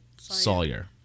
Sawyer